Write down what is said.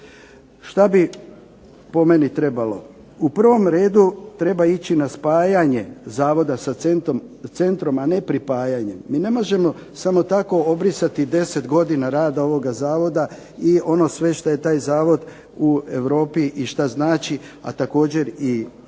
Što bi po meni trebalo? U prvom redu treba ići na spajanje Zavoda sa centrom a ne pripajanjem. MI ne možemo samo tako obrisati 10 godina rada ovoga Zavoda i ono sve što je taj Zavod u Europi i što znači, a također i kod